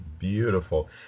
Beautiful